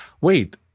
wait